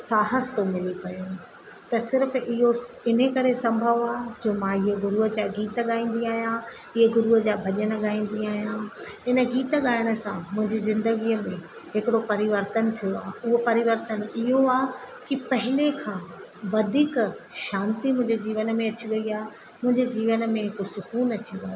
साहस थो मिले पियो त सिर्फ़ इहो इन करे संभव आहे जो मां ईअं गुरुअ जा गीत गाईंदी आहियां इहे गुरुअ जा भॼन गाईंदी आहियां इन गीत ॻाइण सां मुंजी ज़िंदगीअ में हिकड़ो परिवर्तन थियो आ उओ परिवर्तन इहो आहे की पहिले खां वधीक शांती मुंहिंजे जीवन में अची वई आहे मुंहिंजे जीवन में हिकु सुक़ूनु अची वियो आहे